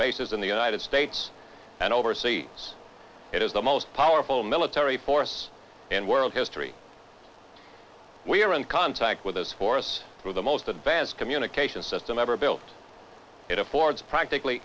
bases in the united states and overseas it is the most powerful military force in world history we are in contact with this force through the most advanced communication system ever built it affords practically